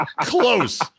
close